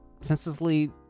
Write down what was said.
senselessly